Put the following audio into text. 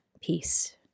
Peace